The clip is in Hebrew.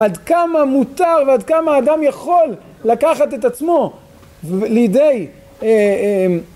עד כמה מותר ועד כמה האדם יכול לקחת את עצמו לידי